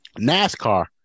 NASCAR